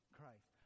Christ